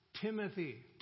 Timothy